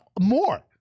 More